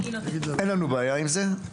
אין לנו בעיה עם זה,